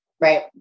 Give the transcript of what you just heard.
Right